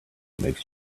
makes